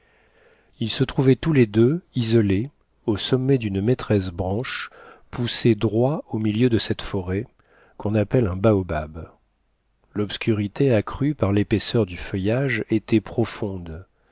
ils se trouvaient tous les deux isolés au sommet dune maîtresse branche poussée droit au milieu de cette forêt quon appelle un baobab l'obscurité accrue par l'épaisseur du feuillage était profonde